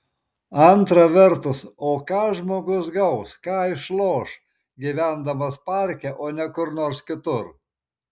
antra vertus o ką žmogus gaus ką išloš gyvendamas parke o ne kur nors kitur